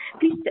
Please